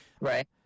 right